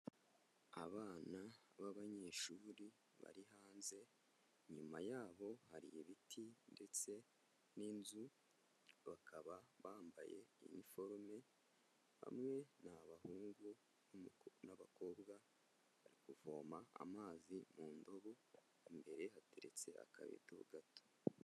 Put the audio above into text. Abana b'abanyeshuri bari hanze, inyuma yabo hari ibiti ndetse n'inzu, bakaba bambaye iniforome, hamwe ni abahungu n'abakobwa, bari kuvoma amazi mu ndobo, imbere hateretse akabido gato.